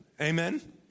Amen